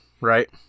right